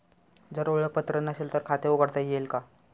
जर ओळखपत्र नसेल तर खाते उघडता येईल का?